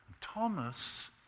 Thomas